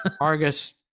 argus